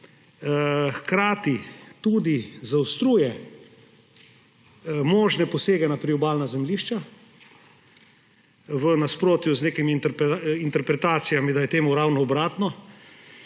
hkrati zaostruje možne posege na priobalnih zemljiščih, v nasprotju z nekimi interpretacijami, da je to ravno obratno,